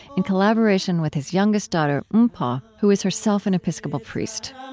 in collaboration with his youngest daughter, mpho, ah who is herself an episcopal priest